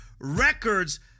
records